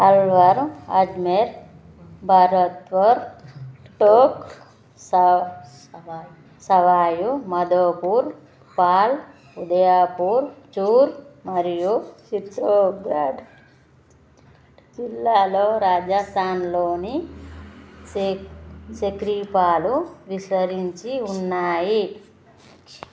అల్వర్ అజ్మీర్ భరత్పూర్ టోక్ స సవాయు మాధోపూర్ పాల్ ఉదయపూర్ చూర్ మరియు చిత్తోర్గఢ్ జిల్లాలో రాజస్థాన్లోని స సక్రియ పాలు విసరించి ఉన్నాయి